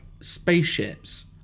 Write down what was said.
spaceships